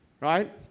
right